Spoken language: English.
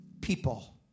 people